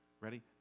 Ready